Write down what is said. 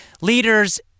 Leaders